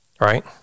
Right